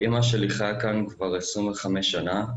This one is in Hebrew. אמא שלי חיה כאן כבר עשרים וחמש שנה.